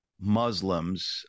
Muslims